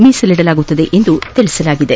ಮೀಸಲಿಡಲಾಗುವುದೆಂದು ತಿಳಿಸಲಾಗಿದೆ